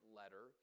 letter